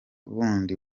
bundi